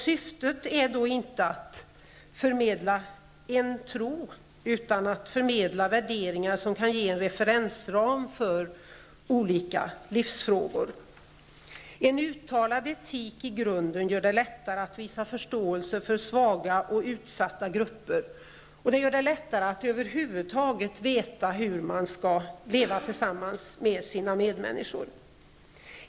Syften är då inte att förmedla en tro utan att förmedla värderingar som kan ge en referensram i olika livsfrågor. En uttalad etik i grunden gör det lättare att visa förståelse för svaga och utsatta grupper. Den gör det lättare att över huvud taget veta hur man skall leva tillsammans med sina medmänniskor.